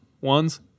One's